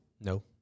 No